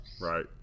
Right